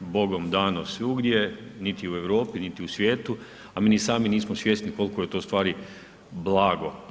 Bogom dano svugdje niti u Europi niti u svijetu a mi ni sami nismo svjesni koliko je to ustvari blago.